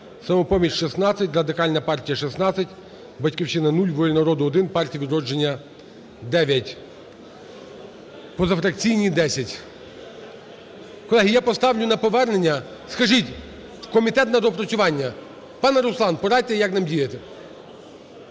"Самопоміч" – 16, Радикальна партія – 16, "Батьківщина" – 0, "Воля народу" – 1, "Партія "Відродження" – 9, позафракційні – 10. Колеги, я поставлю на повернення. Скажіть, в комітет на доопрацювання, пане Руслан, порадьте, як нам діяти?